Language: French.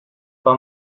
pas